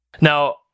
Now